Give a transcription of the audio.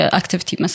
activity